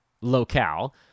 locale